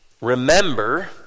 remember